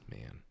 Man